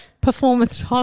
performance